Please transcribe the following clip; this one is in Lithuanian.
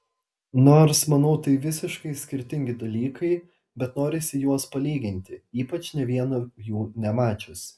nors manau tai visiškai skirtingi dalykai bet norisi juos palyginti ypač nė vieno jų nemačius